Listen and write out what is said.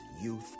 youth